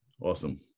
Awesome